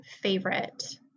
favorite